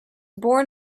born